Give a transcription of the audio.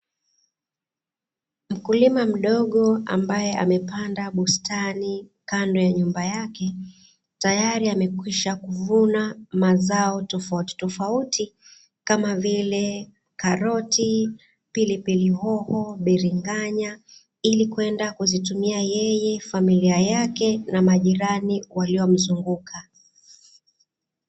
Mkulima mdogo ambaye amepanda bustani kando ya nyumba yake tayari amesha kwisha kuvuna mazao tofauti tofauti kamavile karoti, pilipilihoho, biringanya ili kwenda kuzitumia yeye familia yake na majirani waliomzunguka.